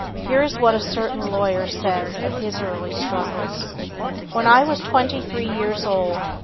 here is what a certain lawyer says of his early struggles when i was twenty-three years old,